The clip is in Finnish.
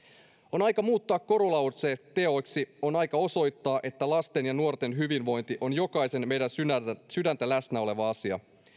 on aika muuttaa korulauseet teoiksi on aika osoittaa että lasten ja nuorten hyvinvointi on meidän jokaisen sydäntä sydäntä läsnä oleva asia